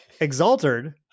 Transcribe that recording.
exalted